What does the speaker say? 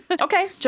okay